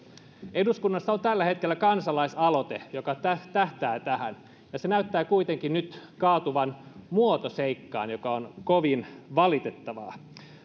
eduskunnassa on tällä hetkellä kansalaisaloite joka tähtää tähän ja se näyttää kuitenkin nyt kaatuvan muotoseikkaan mikä on kovin valitettavaa